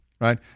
right